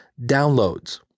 downloads